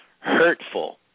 hurtful